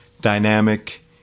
dynamic